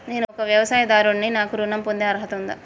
నేను ఒక వ్యవసాయదారుడిని నాకు ఋణం పొందే అర్హత ఉందా?